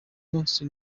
munsi